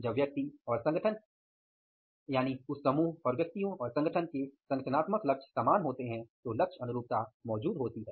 जब व्यक्ति और समूह के संगठनात्मक लक्ष्य समान होते हैं तो लक्ष्य अनुरूपता मौजूद होती है